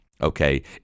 okay